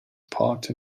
part